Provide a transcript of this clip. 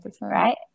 Right